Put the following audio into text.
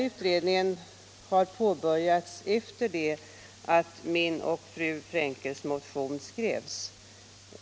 Utredningen har påbörjats efter det att fru Frenkels och min motion skrevs.